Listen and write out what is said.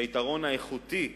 שהיתרון האיכותי,